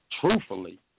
truthfully